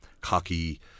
cocky